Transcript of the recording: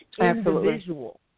individual